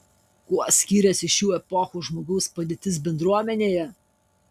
kuo skyrėsi šių epochų žmogaus padėtis bendruomenėje